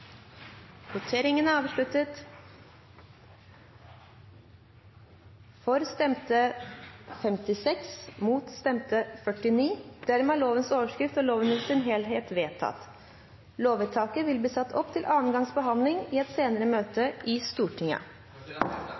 voteringen om igjen. Lovvedtaket vil bli satt opp til annen gangs behandling i et senere møte i Stortinget.